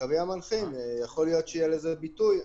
בקווים המנחים יכול להיות שיהיה לזה ביטוי.